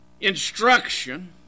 instruction